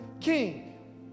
king